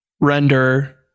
render